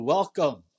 Welcome